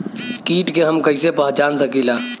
कीट के हम कईसे पहचान सकीला